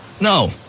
No